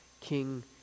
King